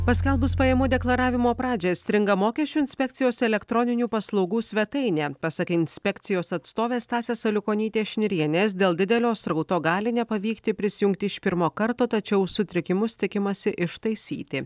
paskelbus pajamų deklaravimo pradžią stringa mokesčių inspekcijos elektroninių paslaugų svetainė pasak inspekcijos atstovės stasės aliukonytės šnirienės dėl didelio srauto gali nepavykti prisijungti iš pirmo karto tačiau sutrikimus tikimasi ištaisyti